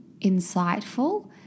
insightful